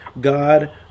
God